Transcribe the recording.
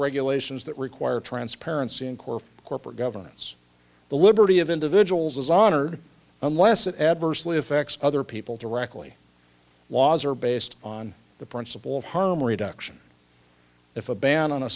regulations that require transparency in court corporate governance the liberty of individuals is honored unless it adversely affects other people directly laws are based on the principle of harm reduction if a ban on